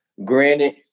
Granted